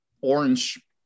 Orange